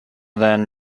than